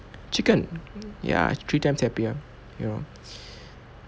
chicken ya three times happier you know